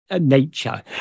nature